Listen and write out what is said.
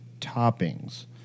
toppings